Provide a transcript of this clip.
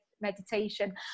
meditation